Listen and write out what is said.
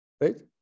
right